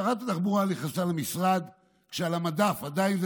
שרת התחבורה נכנסה למשרד כשעל המדף עדיין,